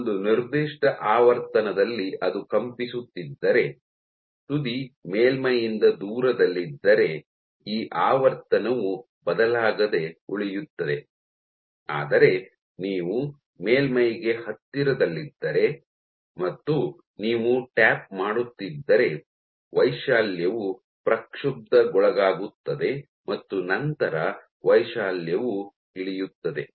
ಒಂದು ನಿರ್ದಿಷ್ಟ ಆವರ್ತನದಲ್ಲಿ ಅದು ಕಂಪಿಸುತ್ತಿದ್ದರೆ ತುದಿ ಮೇಲ್ಮೈಯಿಂದ ದೂರದಲ್ಲಿದ್ದರೆ ಈ ಆವರ್ತನವು ಬದಲಾಗದೆ ಉಳಿಯುತ್ತದೆ ಆದರೆ ನೀವು ಮೇಲ್ಮೈಗೆ ಹತ್ತಿರದಲ್ಲಿದ್ದರೆ ಮತ್ತು ನೀವು ಟ್ಯಾಪ್ ಮಾಡುತ್ತಿದ್ದರೆ ವೈಶಾಲ್ಯವು ಪ್ರಕ್ಷುಬ್ಧಗೊಳಗಾಗುತ್ತದೆ ಮತ್ತು ನಂತರ ವೈಶಾಲ್ಯವು ಇಳಿಯುತ್ತದೆ